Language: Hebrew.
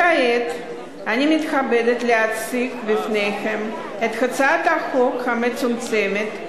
כעת אני מתכבדת להציג בפניכם את הצעת החוק המצומצמת,